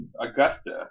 Augusta